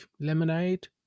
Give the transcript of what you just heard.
lemonade